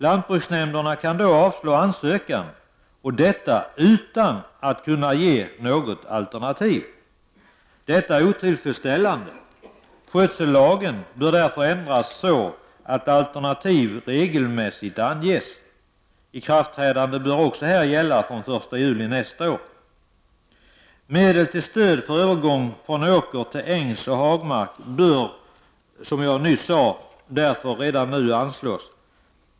Lantbruksnämnderna kan då avslå ansökan, och detta utan att kunna ge något alternativ. Detta är otillfredsställande. Skötsellagen bör därför ändras så att alternativ regelmässigt anges. Ikraftträdandet bör också härvidlag ske den 1 juli nästa år. Medel till stöd för övergång från åker till ängsoch hagmark bör, som jag nyss sade, redan nu anslås.